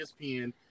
ESPN